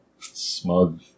smug